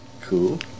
Cool